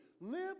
Live